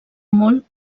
molt